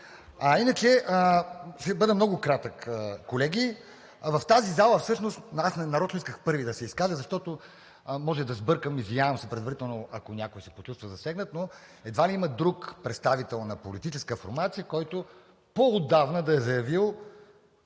Иначе, ще бъда много кратък, колеги. В тази зала всъщност, аз нарочно исках пръв да се изкажа, защото може да сбъркам, извинявам се предварително, ако някой се почувства засегнат, но едва ли има друг представител на политическа формация, който по-отдавна да е заявил